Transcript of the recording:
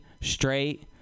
straight